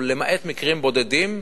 ולמעט מקרים בודדים,